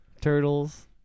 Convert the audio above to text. Turtles